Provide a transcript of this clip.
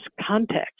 context